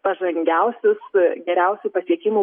pažangiausius geriausių pasiekimų